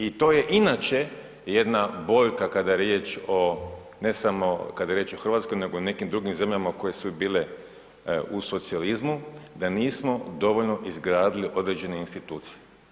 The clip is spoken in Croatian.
I to je inače jedna boljka kada je riječ o ne samo o Hrvatskoj nego i o nekim drugim zemljama koje su bile u socijalizmu, da nismo dovoljno izgradili određene institucije.